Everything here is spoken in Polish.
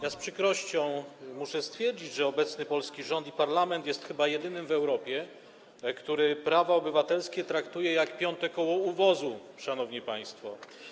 Ja z przykrością muszę stwierdzić, że obecny polski rząd i parlament są chyba jedynymi w Europie, które prawa obywatelskie traktują jak piąte koło u wozu, szanowni państwo.